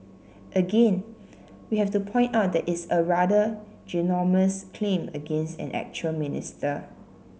again we have to point out that it's a rather ginormous claim against an actual minister